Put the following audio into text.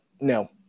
no